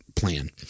plan